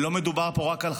לא מדובר רק על חרדים,